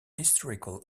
historical